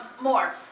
More